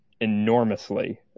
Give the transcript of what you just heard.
enormously